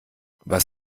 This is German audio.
was